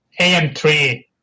AM3